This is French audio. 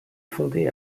fondée